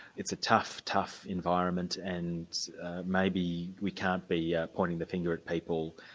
it's a tough, tough environment and maybe we can't be yeah pointing the finger at people,